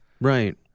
Right